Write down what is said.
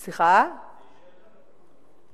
אפשר לתת את זה לפרוטוקול.